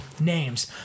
names